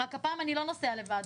רק הפעם אני לא נוסע לבד,